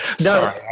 No